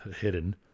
hidden